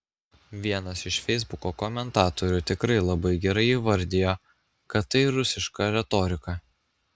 vienas iš feisbuko komentatorių tikrai labai gerai įvardijo kad tai rusiška retorika